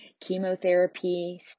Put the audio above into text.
chemotherapy